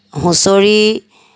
হুঁচৰি